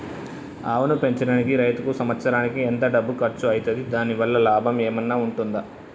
ఆవును పెంచడానికి రైతుకు సంవత్సరానికి ఎంత డబ్బు ఖర్చు అయితది? దాని వల్ల లాభం ఏమన్నా ఉంటుందా?